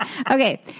Okay